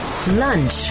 Lunch